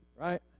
Right